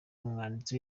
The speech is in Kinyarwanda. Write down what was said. n’umwanditsi